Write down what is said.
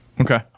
Okay